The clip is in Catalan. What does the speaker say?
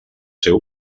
seu